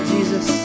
Jesus